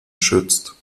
schützt